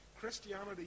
Christianity